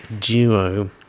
duo